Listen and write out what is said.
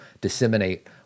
disseminate